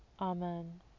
Amen